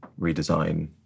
redesign